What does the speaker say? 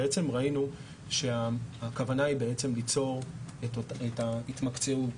ראינו שהכוונה היא ליצור התמקצעות,